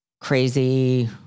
crazy